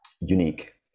unique